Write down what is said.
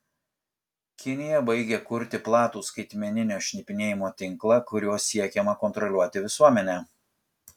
kinija baigia kurti platų skaitmeninio šnipinėjimo tinklą kuriuo siekiama kontroliuoti visuomenę